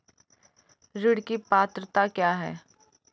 ऋण की पात्रता क्या है?